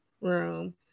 room